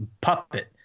puppet